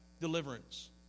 deliverance